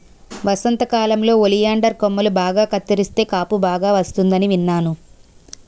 వసంతకాలంలో ఒలియండర్ కొమ్మలు బాగా కత్తిరిస్తే కాపు బాగా వస్తుందని విన్నాను